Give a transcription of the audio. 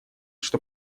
что